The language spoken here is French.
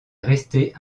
restée